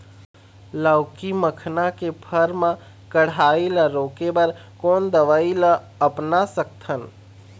लाउकी मखना के फर मा कढ़ाई ला रोके बर कोन दवई ला अपना सकथन?